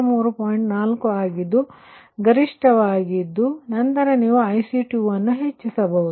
4 ಆಗಿದ್ದು ಅದು ಗರಿಷ್ಠವಾಗಿದ್ದು ಅದರ ನಂತರ ನೀವು IC2ಅನ್ನು ಹೆಚ್ಚಿಸುತ್ತದೆ